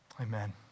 Amen